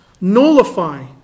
nullify